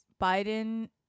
Biden